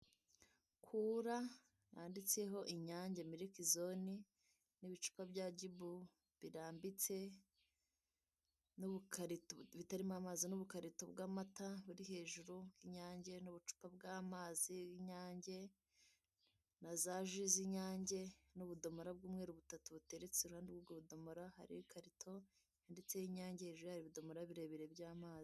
Kura handitseho inyange miriki zone, n'ibicupa bya gibu birambitse n'uburimo amazi, n'ubukarito bw'amata buri hejuru y'nyange, n'ubucupa bw'amazi y'inyange, na za ji z'inyange, n'ubudomoro bw'umweru butatu, buteretse ku ruhandu. Kuri ubwo budomoro hari ikarito ndetse n'idomoro birebire by'amazi.